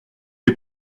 les